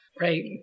Right